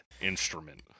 instrument